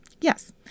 Yes